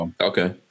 okay